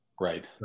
Right